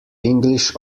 english